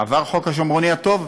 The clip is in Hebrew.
עבר חוק השומרוני הטוב?